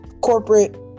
corporate